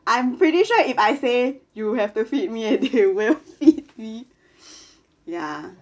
I'm pretty sure if I say you have to feed me and they will feed me ya